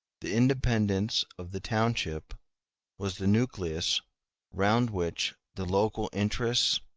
the independence of the township was the nucleus round which the local interests,